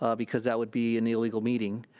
ah because that would be an illegal meeting,